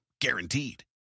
Guaranteed